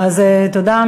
תודה.